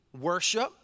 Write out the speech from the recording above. worship